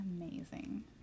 Amazing